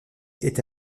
était